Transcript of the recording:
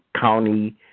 County